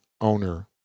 owner